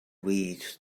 read